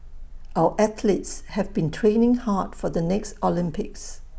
our athletes have been training hard for the next Olympics